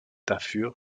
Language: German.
dafür